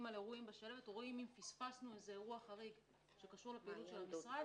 רואים אם פספסנו אירוע חריג שקשור לפעילות המשרד,